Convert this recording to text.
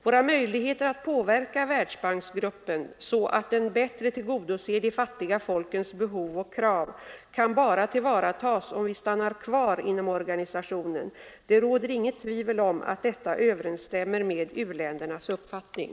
Våra möjligheter att påverka Världsbanksgruppen, så att den bättre tillgodoser de fattiga folkens behov och krav, kan bara tillvaratas om vi stannar kvar inom organisationen. Det råder inget tvivel om att detta överensstämmer med u-ländernas uppfattning.